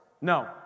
No